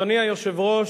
אדוני היושב-ראש,